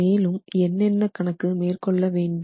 மேலும் என்னென்ன கணக்கு மேற்கொள்ள வேண்டும்